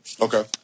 Okay